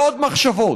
לעוד מחשבות.